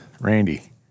Randy